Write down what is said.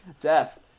death